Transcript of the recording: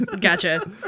Gotcha